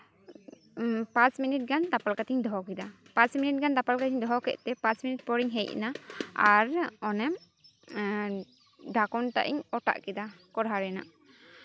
ᱯᱟᱸᱪ ᱢᱤᱱᱤᱴ ᱜᱟᱱ ᱫᱟᱯᱟᱞ ᱠᱟᱛᱤᱧ ᱫᱚᱦᱚ ᱠᱟᱫᱟ ᱯᱟᱸᱪ ᱢᱤᱱᱤᱴ ᱜᱟᱱ ᱫᱟᱯᱟᱞ ᱠᱟᱛᱤᱧ ᱫᱚᱦᱚ ᱠᱟᱫ ᱛᱮ ᱯᱟᱸᱪ ᱢᱤᱱᱤᱴ ᱯᱚᱨᱤᱧ ᱦᱮᱡᱱᱟ ᱟᱨ ᱚᱱᱮᱢ ᱰᱷᱟᱠᱚᱱ ᱴᱟᱜ ᱤᱧ ᱚᱴᱟᱜ ᱠᱮᱫᱟ ᱠᱚᱲᱦᱟ ᱨᱮᱱᱟᱜ